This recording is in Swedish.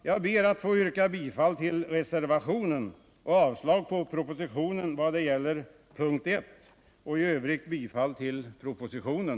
Jag ber att få yrka bifall till reservationen nr 1, vilket innebär avslag på propositionen vad gäller punkten 1, och i övrigt bifall till propositionen.